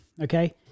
Okay